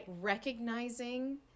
recognizing